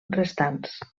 restants